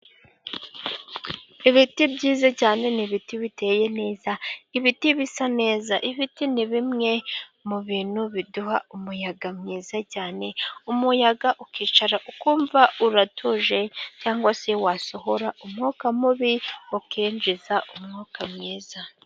Ibiti byiza cyane ni ibiti biteye neza, ibiti bisa neza. Ibiti ni bimwe mu bintu biduha umuyaga mwiza cyane, umuyaga ukicara ukumva uratuje cyangwa se wasohora, umwuka mubi ukinjiza umwuka mwiza.